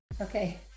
Okay